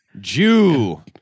Jew